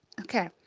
Okay